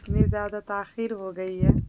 نہیں زیادہ تاخیر ہو گئی ہے